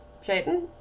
Satan